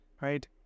right